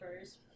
first